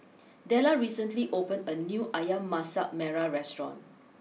Dellar recently opened a new Ayam Masak Merah restaurant